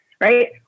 right